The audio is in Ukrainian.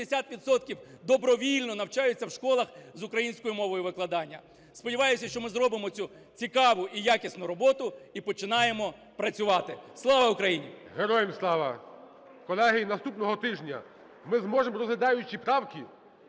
добровільно навчаються в школах з українською мовою викладання. Сподіваюся, що ми зробимо цю цікаву і якісну роботу і починаємо працювати. Слава Україні! ГОЛОВУЮЧИЙ. Героям Слава! Колеги, і наступного тижня ми зможемо, розглядаючи правки,